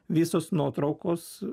visos nuotraukos